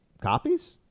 copies